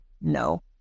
No